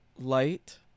light